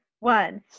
One